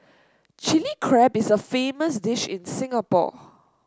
Chilli Crab is a famous dish in Singapore